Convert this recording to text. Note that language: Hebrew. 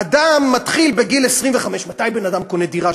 אדם מתחיל בגיל 25, מתי בן-אדם קונה דירה?